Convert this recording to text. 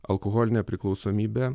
alkoholine priklausomybe